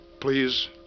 Please